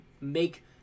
make